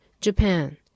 Japan